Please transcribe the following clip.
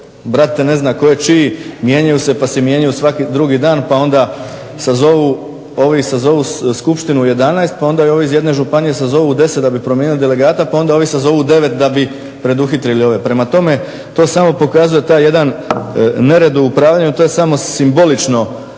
brate ne zna tko je čiji, mijenjaju se pa se mijenjaju svaki drugi dan pa onda ovi sazovu skupštinu u 11 pa onda je ovi iz jedne županije sazovu u 10 da bi promijenili delegata pa je onda ovi sazovu u 9 da bi preduhitrili ove. Prema tome, to samo pokazuje taj jedan nered u upravljanju. To je samo simbolično